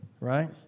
right